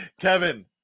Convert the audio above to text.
Kevin